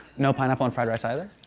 no pineapple on fried rice either?